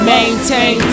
Maintain